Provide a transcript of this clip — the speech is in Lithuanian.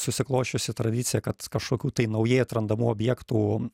susiklosčiusi tradicija kad kažkokių tai naujai atrandamų objektų